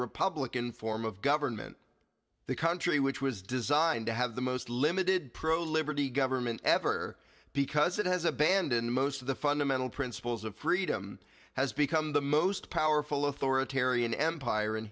republican form of government the country which was designed to have the most limited pro labor the government ever because it has abandoned most of the fundamental principles of freedom has become the most powerful authoritarian empire in